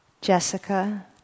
Jessica